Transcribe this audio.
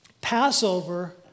Passover